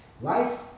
Life